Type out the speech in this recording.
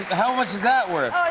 how much is that worth? oh,